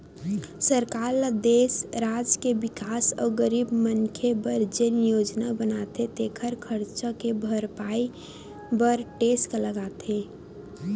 सरकार ल देस, राज के बिकास अउ गरीब मनखे बर जेन योजना बनाथे तेखर खरचा के भरपाई बर टेक्स लगाथे